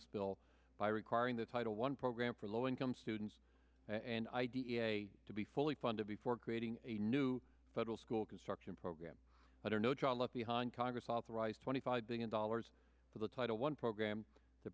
bill by requiring the title one program for low income students and id a to be fully funded before creating a new federal school construction program under no child left behind congress authorized twenty five billion dollars for the title one program t